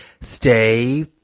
Stay